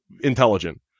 intelligent